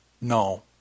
no